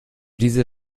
diese